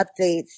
updates